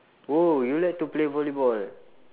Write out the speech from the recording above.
oh you like to play volleyball ah